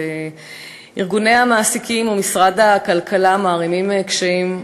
ארגוני המעסיקים ומשרד הכלכלה מערימים קשיים.